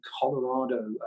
Colorado